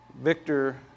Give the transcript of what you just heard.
Victor